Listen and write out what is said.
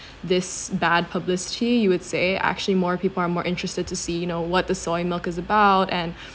this bad publicity you would say actually more people are more interested to see you know what the soya milk is about and